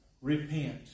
repent